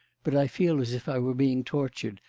but i feel as if i were being tortured,